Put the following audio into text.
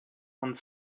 und